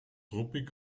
ruppig